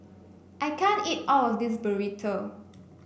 I can't eat all of this Burrito